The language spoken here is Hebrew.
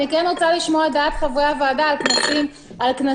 אני כן רוצה לשמוע את דעת חברי הוועדה על כנסים והופעות.